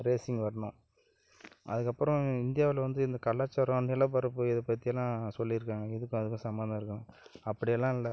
racing வரணும் அதுக்கப்புறம் இந்தியாவில் வந்து இந்த கலாச்சாரம் நிலப்பரப்பு இது பற்றியெல்லாம் சொல்லியிருக்காங்க இதுக்கும் அதுக்கும் சம்மந்தம் இருக்குதுனு அப்படி எல்லாம் இல்லை